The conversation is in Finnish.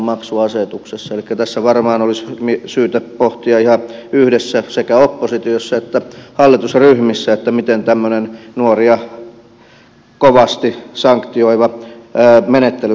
elikkä tässä varmaan olisi syytä pohtia ihan yhdessä sekä oppositiossa että hallitusryhmissä miten tämmöinen nuoria kovasti sanktioiva menettely saataisiin muutettua